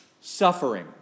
suffering